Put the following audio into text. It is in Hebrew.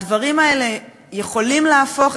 הדברים האלה יכולים להפוך,